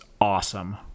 awesome